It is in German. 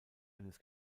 eines